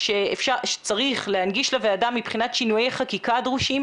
שצריך להנגיש לוועדה מבחינת שינויי חקיקה הדרושים,